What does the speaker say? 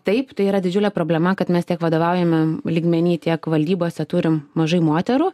taip tai yra didžiulė problema kad mes tiek vadovaujamam lygmeny tiek valdybose turim mažai moterų